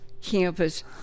campus